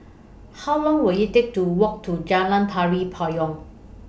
How Long Will IT Take to Walk to Jalan Tari Payong